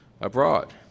abroad